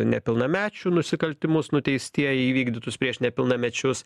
nepilnamečių nusikaltimus nuteistieji įvykdytus prieš nepilnamečius